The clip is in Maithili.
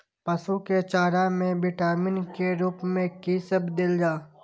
पशु के चारा में विटामिन के रूप में कि सब देल जा?